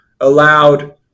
allowed